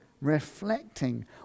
reflecting